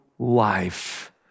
life